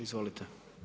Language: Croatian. Izvolite.